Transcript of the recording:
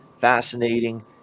fascinating